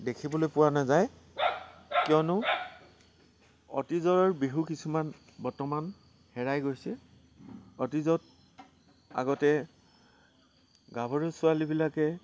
দেখিবলৈ পোৱা নাযায় কিয়নো অতীজৰ বিহু কিছুমান বৰ্তমান হেৰাই গৈছে অতীজত আগতে গাভৰু ছোৱালীবিলাকে